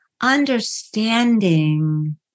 understanding